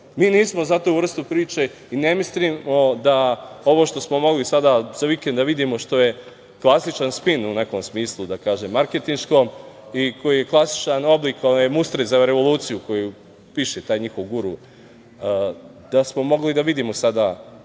nismo za tu vrstu priče i ne mislimo da ovo što smo mogli sada za vikend da vidimo, što je klasičan spin u nekom smislu marketinškom i koji je klasičan oblik one mustre za revoluciju koju piše taj njihov guru, da smo mogli da vidimo sada